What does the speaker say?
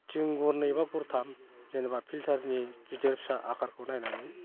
थिं गुरनै बा गरथाम जेनेबा फिल्टारनि गिदिर फिसा आकारखौ नायनानै